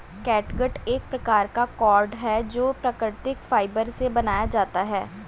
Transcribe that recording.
catgut एक प्रकार का कॉर्ड है जो प्राकृतिक फाइबर से बनाया जाता है